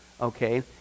okay